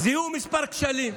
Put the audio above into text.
זיהו כמה כשלים.